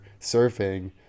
surfing